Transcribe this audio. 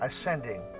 ascending